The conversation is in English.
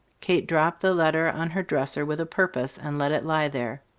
kate dropped the letter on her dresser, with a purpose, and let it lie there.